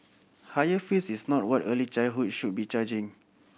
higher fees is not what early childhood should be charging